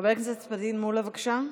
חבר הכנסת פטין מולא, בבקשה.